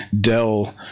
Dell